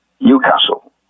Newcastle